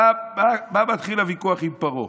איך מתחיל הוויכוח עם פרעה